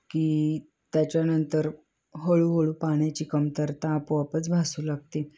की त्याच्यानंतर हळूहळू पाण्याची कमतरता आपोआपच भासू लागते